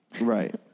Right